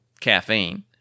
caffeine